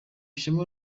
ishema